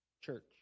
church